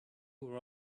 were